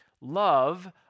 love